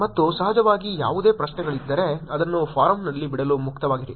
ಮತ್ತು ಸಹಜವಾಗಿ ಯಾವುದೇ ಪ್ರಶ್ನೆಗಳಿದ್ದರೆ ಅದನ್ನು ಫೋರಂನಲ್ಲಿ ಬಿಡಲು ಮುಕ್ತವಾಗಿರಿ